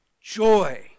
joy